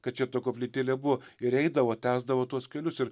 kad čia koplytėlė buvo ir eidavo tęsdavo tuos kelius ir